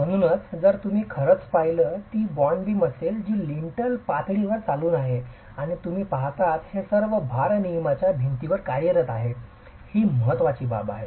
म्हणूनच जर तुम्ही खरंच पाहिलं तर ती बॉन्ड बीम असेल जी लिंटल पातळीवर चालू आहे आणि तुम्ही पाहताच हे सर्व भारनियमनच्या भिंतींवर कार्यरत आहे ही महत्त्वाची बाब आहे